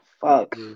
Fuck